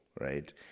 right